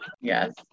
Yes